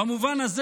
במובן הזה,